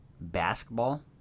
basketball